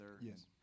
Yes